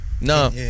No